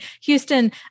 Houston